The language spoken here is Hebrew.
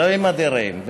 אלוהים אדירים.